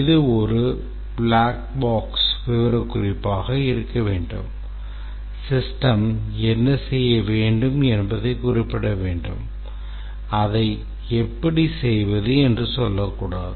இது ஒரு blackbox விவரக்குறிப்பாக இருக்க வேண்டும் system என்ன செய்ய வேண்டும் என்பதைக் குறிப்பிட வேண்டும் அதை எப்படி செய்வது என்று சொல்லக்கூடாது